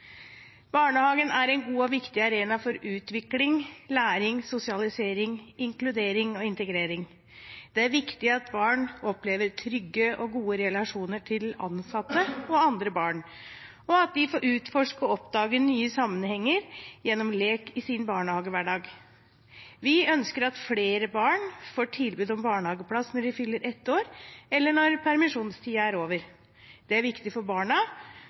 Barnehagen er en god og viktig arena for utvikling, læring, sosialisering, inkludering og integrering. Det er viktig at barn opplever trygge og gode relasjoner til ansatte og andre barn, og at de får utforske og oppdage nye sammenhenger gjennom lek i sin barnehagehverdag. Vi ønsker at flere barn får tilbud om barnehageplass når de fyller ett år, eller når permisjonstiden er over. Det er viktig for barna,